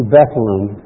Bethlehem